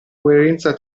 coerenza